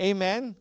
Amen